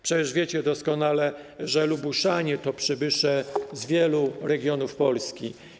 Przecież wiecie doskonale, że Lubuszanie to przybysze z wielu regionów Polski.